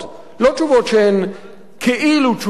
לא תשובות שהן כאילו תשובות,